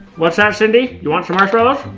what's that, cindy? you want some marshmallows?